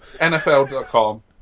NFL.com